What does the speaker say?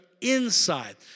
inside